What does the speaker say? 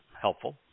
helpful